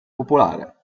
popolare